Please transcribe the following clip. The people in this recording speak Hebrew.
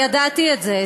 וידעתי את זה,